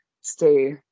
stay